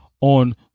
on